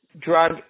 drug